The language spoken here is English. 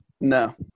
No